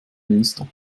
münster